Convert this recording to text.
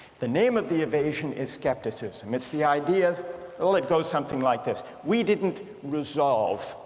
the name of the evasion is skepticism. it's the idea well it goes something like this we didn't resolve,